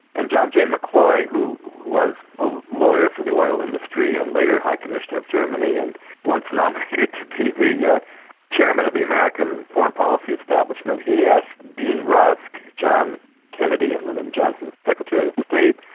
and john j. mccloy, who was a lawyer for the oil industry and later high commissioner of germany and once nominated to be the yeah chairman of the american foreign policy establishment, he asked yeah dean rusk, john kennedy and lyndon johnson's secretary of state,